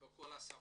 לכל השפות.